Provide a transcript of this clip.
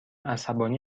عصبانی